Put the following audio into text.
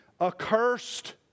accursed